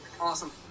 Awesome